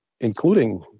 including